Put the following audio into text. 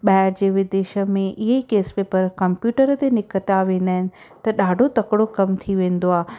ॿाहिरि जे विदेश में इहे केस पेपर कंप्यूटर ते निकिता वेंदा आहिनि त ॾाढो तकिड़ो कमु थी वेंदो आहे